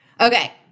Okay